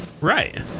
Right